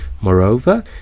Moreover